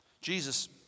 Jesus